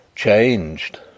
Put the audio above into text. changed